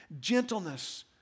Gentleness